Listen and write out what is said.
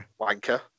Wanker